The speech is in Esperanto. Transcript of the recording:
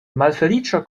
malfeliĉo